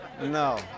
no